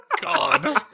God